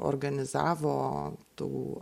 organizavo tų